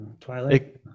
Twilight